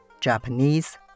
Japanese